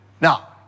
Now